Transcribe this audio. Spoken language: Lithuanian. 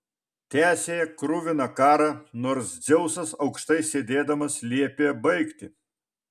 tęsė kruviną karą nors dzeusas aukštai sėdėdamas liepė baigti